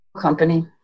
company